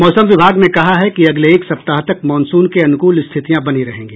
मौसम विभाग ने कहा है कि अगले एक सप्ताह तक मॉनसून के अनुकूल स्थितियां बनी रहेंगी